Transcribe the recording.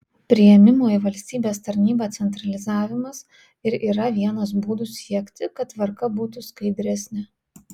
priėmimo į valstybės tarnybą centralizavimas ir yra vienas būdų siekti kad tvarka būtų skaidresnė